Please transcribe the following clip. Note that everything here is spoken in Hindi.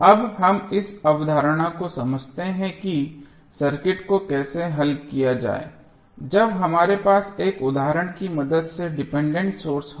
अब हम इस अवधारणा को समझते हैं कि सर्किट को कैसे हल किया जाए जब हमारे पास एक उदाहरण की मदद से डिपेंडेंट सोर्स हो